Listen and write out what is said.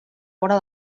vora